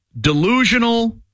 delusional